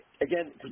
Again